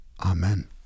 Amen